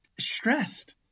stressed